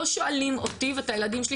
לא שואלים אותי ואת הילדים שלי,